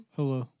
Hello